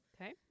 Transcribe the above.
Okay